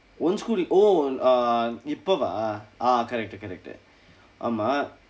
உன்:un school oh uh இப்போவா:ippovaa ah correct correct ஆமாம்:aamaam